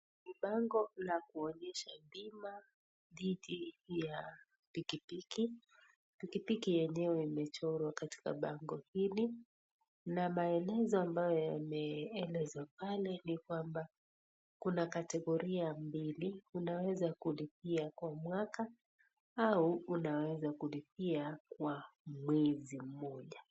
Ni bango la kuonyesha bima dhidhi ya pikipiki, pikipiki yenyewe imechorwa katika bango hili na maelezo ambayo yameelezwa pale ni kwamba kuna kategoria mbili, unaweza kulipia kwa mwaka au unaweza kulipia kwa mwezi mmoja.